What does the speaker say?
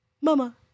mama